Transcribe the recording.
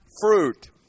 fruit